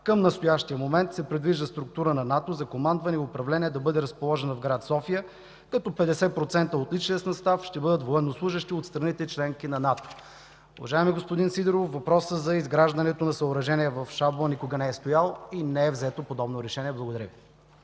Към настоящия момент се предвижда структура на НАТО за командване и управление да бъде разположена в град София, като 50% от личния състав ще бъдат военнослужещи от страните – членки на НАТО. Уважаеми господин Сидеров, въпросът за изграждането на съоръжение в Шабла никога не е стоял и не е взето подобно решение. Благодаря Ви.